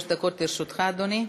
שלוש דקות לרשותך, אדוני.